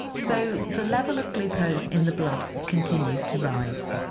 so the level of glucose in the blood continues to rise.